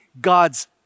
God's